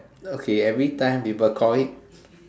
okay every time people call it